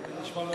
זה נשמע לא טוב.